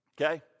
Okay